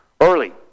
Early